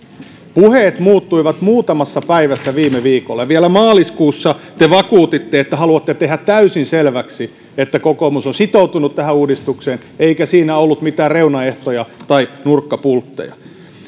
puheet muuttuivat muutamassa päivässä viime viikolla ja vielä maaliskuussa te vakuutitte että haluatte tehdä täysin selväksi että kokoomus on sitoutunut tähän uudistukseen eikä siinä ollut mitään reunaehtoja tai nurkkapultteja